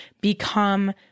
become